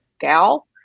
gal